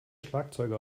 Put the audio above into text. schlagzeuger